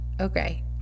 okay